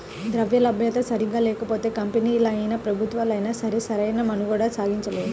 ద్రవ్యలభ్యత సరిగ్గా లేకపోతే కంపెనీలైనా, ప్రభుత్వాలైనా సరే సరైన మనుగడ సాగించలేవు